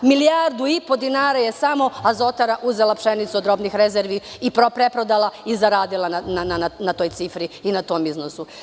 Milijardu i po dinara je samo Azotara uzela pšenicu od robnih rezervi i preprodala i zaradila na toj cifri i na tom iznosu.